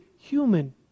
human